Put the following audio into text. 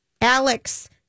Alex